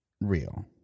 real